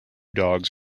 dogs